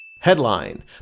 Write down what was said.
Headline